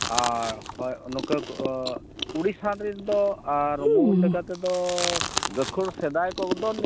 ᱟᱨ ᱦᱚᱭ ᱱᱚᱠᱟ ᱩᱲᱤᱥᱥᱟ ᱨᱮᱫᱚ ᱟᱨ ᱢᱩᱲᱩᱫ ᱞᱮᱠᱟᱛᱮᱫᱚ ᱜᱟᱹᱠᱷᱩᱲ ᱥᱮᱫᱟᱭ ᱠᱚᱫᱚ